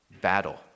battle